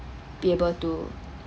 be able to